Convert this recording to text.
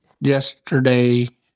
yesterday